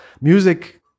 music